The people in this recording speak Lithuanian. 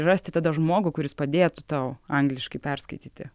rasti tada žmogų kuris padėtų tau angliškai perskaityti